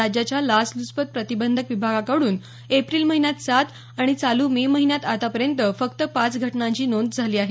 राज्याच्या लाचलुचपत प्रतिबंधक विभागाकडून एप्रिल महिन्यात सात आणि चालू मे महिन्यात आतापर्यंत फक्त पाच घटनांची नोंद झाली आहे